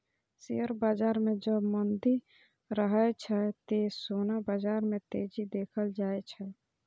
share बाजार मे जब मंदी रहै छै, ते सोना बाजार मे तेजी देखल जाए छै